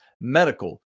Medical